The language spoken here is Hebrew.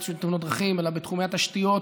תאונות דרכים אלא גם בתחומי התשתיות,